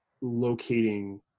locating